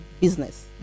business